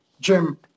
Jim